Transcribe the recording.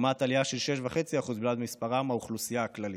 לעומת עלייה של 6.5% בלבד במספרם באוכלוסייה הכללית,